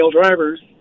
drivers